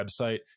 website